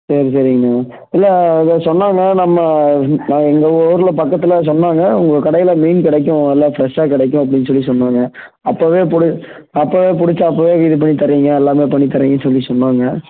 சரி சரிங்ண்ணா இல்லை அதான் சொன்னாங்க நம்ம எங்கள் ஊர்ல் பக்கத்தில் சொன்னாங்க உங்க கடையில் மீன் கிடைக்கும் நல்லா ஃப்ரெஷ்ஷாக கிடைக்கும் அப்ப்டினு சொல்லி சொன்னாங்க அப்போவே புடி அப்போவே புடிச்சு அப்போவே இது பண்ணி தர்றிங்க எல்லாமே பண்ணி தர்றிங்கனு சொல்லி சொன்னாங்க